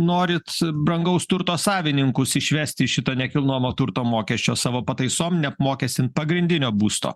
norit brangaus turto savininkus išvesti iš šito nekilnojamo turto mokesčio savo pataisom neapmokestint pagrindinio būsto